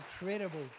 incredible